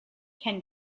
can